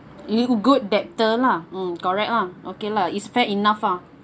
you good debtor lah mm correct lah okay lah is fair enough lah